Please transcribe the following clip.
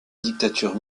dictature